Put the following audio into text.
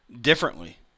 differently